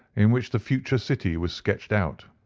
in which the future city was sketched out.